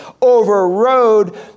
overrode